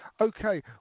okay